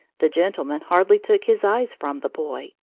the gentleman hardly took his eyes from the boy,